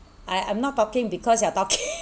I I'm not talking because you are talking